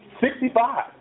Sixty-five